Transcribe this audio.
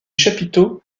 chapiteaux